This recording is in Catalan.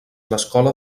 l’escola